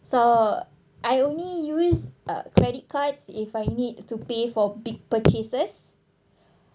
so I only use uh credit cards if I need to pay for big purchases